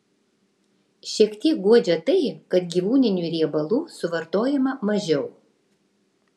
šiek tiek guodžia tai kad gyvūninių riebalų suvartojama mažiau